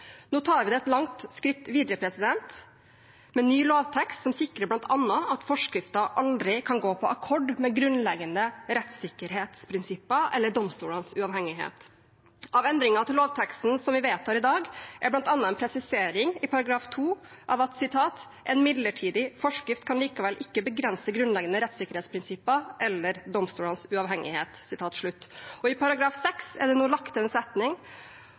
Nå tar vi det et langt skritt videre, med ny lovtekst, som sikrer bl.a. at forskrifter aldri kan gå på akkord med grunnleggende rettssikkerhetsprinsipper eller domstolenes uavhengighet. Av endringer til lovteksten som vi vedtar i dag, er bl.a. en presisering i § 2: «En midlertidig forskrift kan likevel ikke begrense grunnleggende rettssikkerhetsprinsipper eller domstolenes uavhengighet.» Og i § 6 er det nå lagt til en setning: